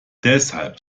deshalb